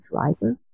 driver